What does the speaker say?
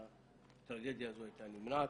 שהטרגדיה הזו הייתה נמנעת.